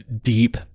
deep